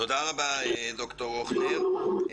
תודה רבה, ד"ר הוכנר.